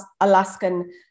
Alaskan